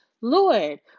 Lord